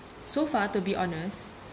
so far to be honest